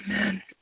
Amen